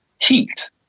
heat